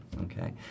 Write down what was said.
Okay